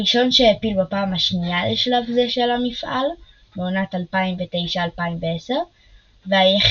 הראשון שהעפיל בפעם השנייה לשלב זה של המפעל בעונת 2009/2010 והיחיד